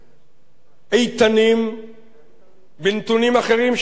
איתנים בנתונים אחרים שאנחנו יודעים.